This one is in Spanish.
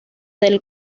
del